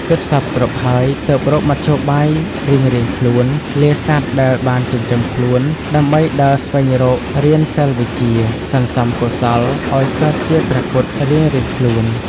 គិតសព្វគ្រប់ហើយ ទើបរកមធ្យោបាយរៀងៗខ្លួន លាសត្វដែលបានចិញ្ចឹមខ្លួន ដើម្បីដើរស្វែងរករៀនសិល្បវិជ្ជា សន្សំកុសលអោយកើតជាព្រះពុទ្ធ រៀងៗខ្លួន ។